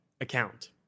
account